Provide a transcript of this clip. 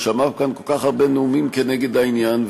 הוא שמע כאן כל כך הרבה נאומים כנגד העניין,